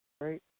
Right